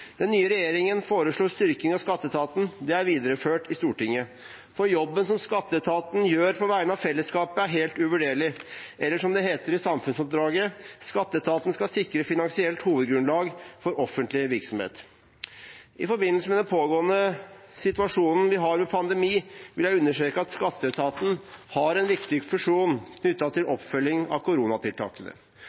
Den nye regjeringen foreslår styrking av skatteetaten, og det er videreført i Stortinget. For jobben som skatteetaten gjør på vegne av fellesskapet, er helt uvurderlig. Eller som det heter i samfunnsoppdraget: «Skatteetaten skal sikre et finansielt hovedgrunnlag for offentlig virksomhet.» I forbindelse med den pågående situasjonen vi har med pandemi, vil jeg understreke at skatteetaten har en viktig funksjon knyttet til oppfølging av koronatiltakene.